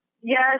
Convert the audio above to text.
Yes